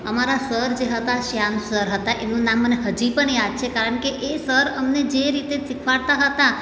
અમારા સર જે હતા શ્યામ સર હતા એમનું નામ મને હજી પણ યાદ છે કારણ કે એ સર અમને જે રીતે શિખવાડતા હતા